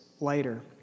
later